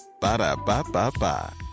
Ba-da-ba-ba-ba